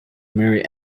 marry